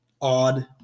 odd